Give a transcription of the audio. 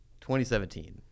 2017